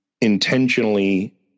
intentionally